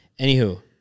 anywho